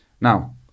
Now